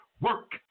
work